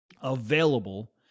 available